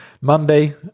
monday